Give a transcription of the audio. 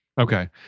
Okay